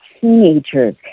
teenagers